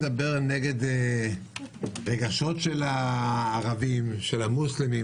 לא מדבר נגד הרגשות של הערבים המוסלמים,